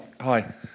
Hi